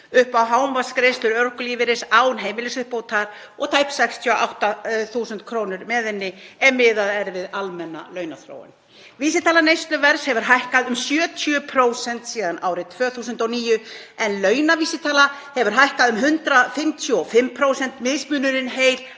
upp á hámarksgreiðslur örorkulífeyris án heimilisuppbótar og tæp 68.000 kr. með henni ef miðað er við almenna launaþróun. Vísitala neysluverðs hefur hækkað um 70% síðan árið 2009 en launavísitala hefur hækkað um 155%, mismunurinn heil